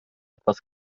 etwas